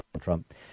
Trump